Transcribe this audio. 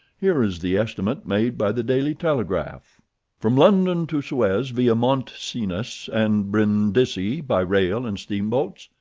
here is the estimate made by the daily telegraph from london to suez via mont cenis and brindisi, by rail and steamboats.